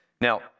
Now